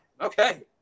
okay